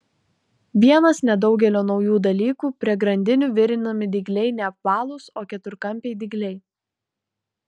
vienas nedaugelio naujų dalykų prie grandinių virinami dygliai ne apvalūs o keturkampiai dygliai